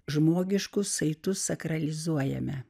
žmogiškus saitus sakralizuojame